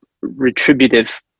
retributive